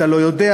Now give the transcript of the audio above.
אתה לא יודע,